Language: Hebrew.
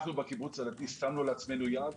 אנחנו בקיבוץ הדתי שמנו לעצמנו יעד